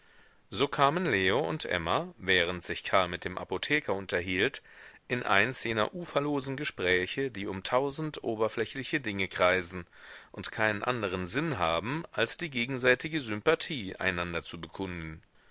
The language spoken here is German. so kamen leo und emma während sich karl mit dem apotheker unterhielt in eins jener uferlosen gespräche die um tausend oberflächliche dinge kreisen und keinen andern sinn haben als die gegenseitige sympathie einander zu bekunden